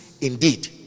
indeed